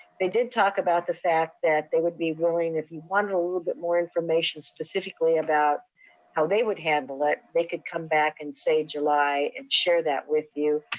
they did talk about the fact that they would be willing, if you wanted a little bit more information specifically about how they would handle it, they could come back in, say, july and share that with you.